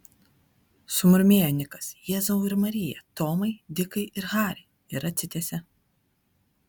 sumurmėjo nikas jėzau ir marija tomai dikai ir hari ir atsitiesė